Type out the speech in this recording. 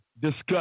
discuss